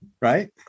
Right